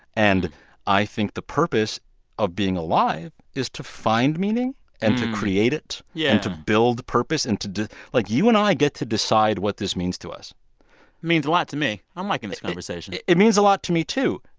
and i the purpose of being alive is to find meaning and to create it. yeah. and to build purpose and to to like, you and i get to decide what this means to us it means a lot to me. i'm liking this conversation it it means a lot to me too.